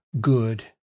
good